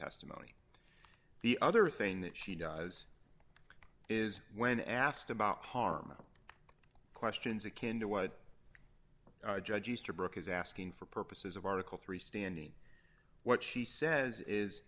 testimony the other thing that she does is when asked about harm questions akin to what judge easterbrook is asking for purposes of article three standing what she says is